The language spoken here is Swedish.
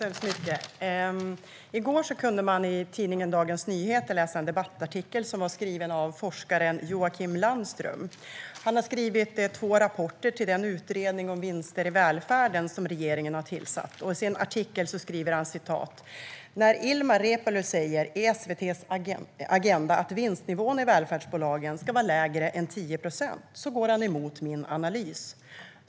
Herr talman! I går kunde man i tidningen Dagens Nyheter läsa en debattartikel som var skriven av forskaren Joakim Landström. Han har skrivit två rapporter till den utredning om vinster i välfärden som regeringen har tillsatt. I artikeln skriver han: "När Ilmar Reepalu säger i SVT:s 'Agenda' att vinstnivån i välfärdsbolagen ska vara lägre än 10 procent så går han emot min analys.